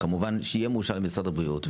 כמובן שיהיה מאושר על ידי משרד הבריאות,